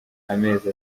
amezi